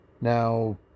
now